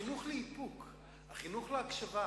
החינוך לאיפוק, החינוך להקשבה,